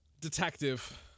Detective